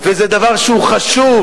וזה דבר שהוא חשוב,